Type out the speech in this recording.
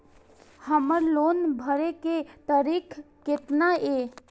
हमर लोन भरे के तारीख केतना ये?